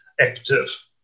active